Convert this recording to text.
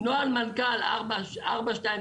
נוהל מנכ"ל 429,